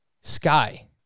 Sky